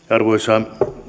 arvoisa